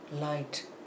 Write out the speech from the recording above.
light